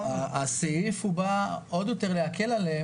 הסעיף בא עוד יותר להקל עליהם,